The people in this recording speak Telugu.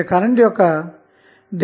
కాబట్టి RThRL